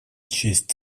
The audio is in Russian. честь